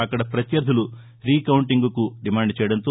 అక్కడ ప్రత్యర్గులు రీకౌంటింగ్కు డిమాండు చేయడంతో